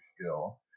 skill